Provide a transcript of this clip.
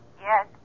Yes